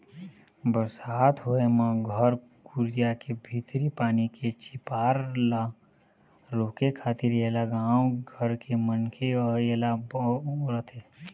बरसात होय म घर कुरिया के भीतरी पानी के झिपार ल रोके खातिर ऐला गाँव घर के मनखे ह ऐला बउरथे